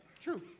True